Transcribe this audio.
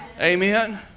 Amen